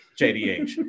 JDH